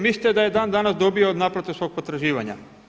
Mislite da je dan danas dobio naplatu svog potraživanja?